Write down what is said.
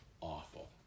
awful